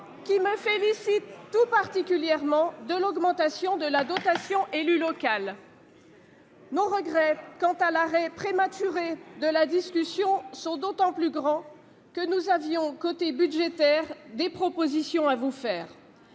qui me félicite tout particulièrement de l'augmentation de la dotation élu local. Nos regrets quant à l'arrêt prématuré de la discussion sont d'autant plus grands que nous avions, du côté des dépenses, des propositions à faire.